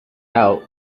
out